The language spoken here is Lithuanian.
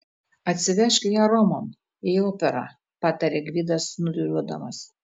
atsivežk ją romon į operą patarė gvidas snūduriuodamas